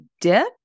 dip